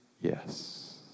Yes